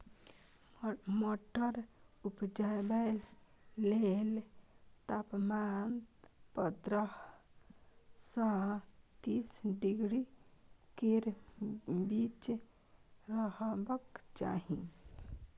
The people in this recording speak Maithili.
मटर उपजाबै लेल तापमान पंद्रह सँ तीस डिग्री केर बीच रहबाक चाही